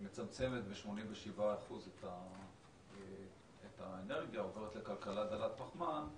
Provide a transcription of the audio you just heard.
היא מצמצמת ב-87% את האנרגיה אודות לכלכלת דלת פחמן,